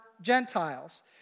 Gentiles